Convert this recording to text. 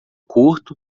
curto